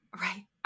Right